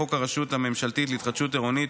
חוק הרשות הממשלתית להתחדשות עירונית,